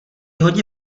hodně